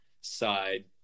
side